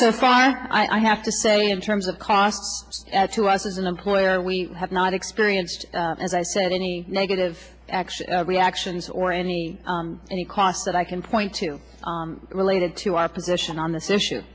so far i have to say in terms of cost to us as an employer we have not experienced as i said any negative actions reactions or any any cost that i can point to related to our position on this issue